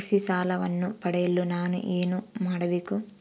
ಕೃಷಿ ಸಾಲವನ್ನು ಪಡೆಯಲು ನಾನು ಏನು ಮಾಡಬೇಕು?